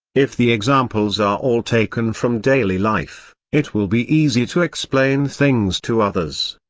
if the examples are all taken from daily life, it will be easier to explain things to others.